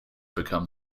become